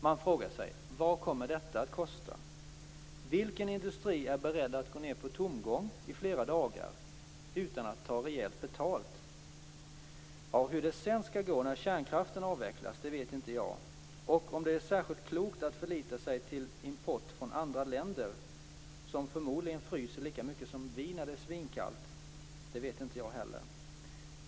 Man frågar sig: Vad kommer detta att kosta? Vilken industri är beredd att gå ned på tomgång i flera dagar utan att ta rejält betalt? Hur det sedan skall gå när kärnkraften avvecklas, det vet inte jag. Och om det är särskilt klokt att förlita sig till import från andra länder, där man förmodligen fryser lika mycket som vi när det är svinkallt, det vet jag inte heller.